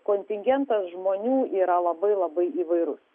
kontingentas žmonių yra labai labai įvairus